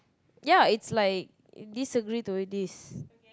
ya it's like disagree to this